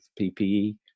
PPE